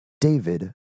David